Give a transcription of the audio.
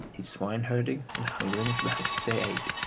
his swine herding and hungering for the husks they ate,